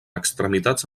extremitats